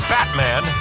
Batman